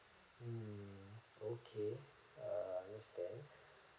mm okay err understand